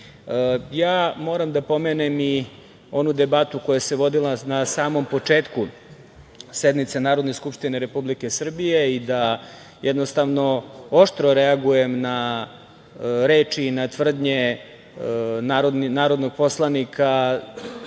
moram da pomenem i onu debatu koja se vodila na samom početku sednice Narodne skupštine Republike Srbije i da jednostavno oštro reagujem na reči i na tvrdnje narodnog poslanika